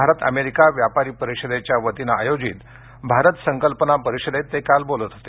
Bharat America व्यापारी परिषदेच्या वतीनं आयोजित भारत संकल्पना परिषदेत ते काल बोलत होते